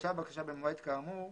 הוגשה בקשה במועד כאמור,